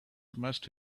must